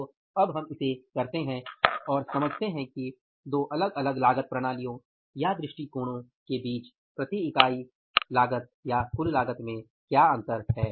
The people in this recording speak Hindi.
तो अब हम इसे करते हैं और समझते हैं कि दो अलग अलग लागत प्रणालियों या दृष्टिकोणों के बीच कुल लागत में क्या अंतर है